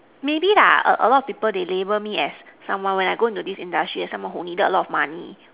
maybe lah a lot of people they labelled me as someone when I go into this industry as someone who needed a lot of money